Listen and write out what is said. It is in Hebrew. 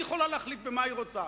היא יכולה להחליט מה היא רוצה.